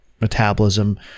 metabolism